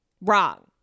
wrong